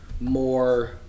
more